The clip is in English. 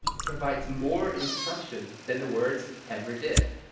it provides more instruction than the words ever did.